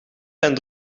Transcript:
zijn